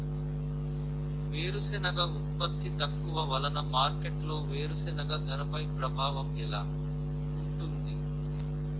వేరుసెనగ ఉత్పత్తి తక్కువ వలన మార్కెట్లో వేరుసెనగ ధరపై ప్రభావం ఎలా ఉంటుంది?